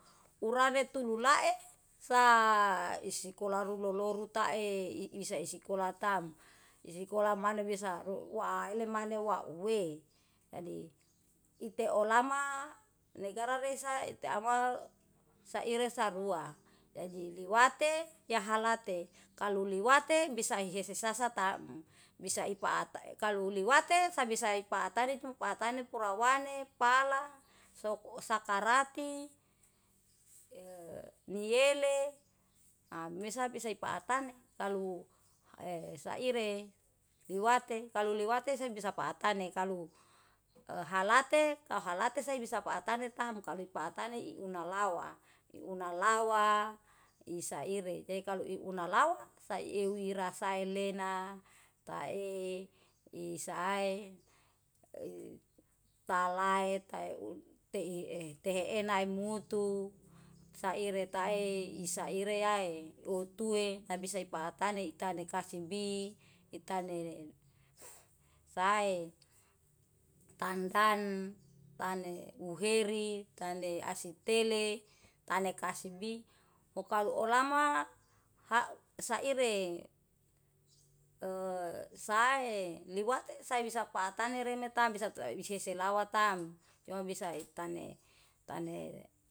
Urane tulu lae sa isikola rulo loruta tae ibisa isikolatam, isikola maneh bisa ruwale maneh wauwei. Jadi ite olama negara resa iteama saire sarua, jadi liwate yahalate kalau liwate bisa ihesi sasa taem. Bisa ipat e kalu liwate sabisa ipata rejumpata nepura wane pala sok sakarati e miele amesa bisa ipatane, kalu e saire iwate kalu liwate si bisa patane kalu e halate kalu halate si bisa patane tam. Kalo patane una lawa, una lawa isaire jadi kalu i una lawa sauiera sae lena tae i sae i talae tautei ehi tehe enai mutu saire tae isaire yae utue naibisa i patane tane kasibi, itane sae, itan san, tan uheri, tanle asitele, tani kasibi okalo olama ha saire sae liwate sae bisa patane remetam bisa seselawa tam cuma ibisa itane tane.